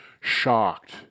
shocked